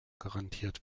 garantiert